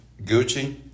Gucci